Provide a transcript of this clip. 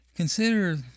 Consider